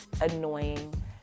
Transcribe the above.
annoying